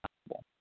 possible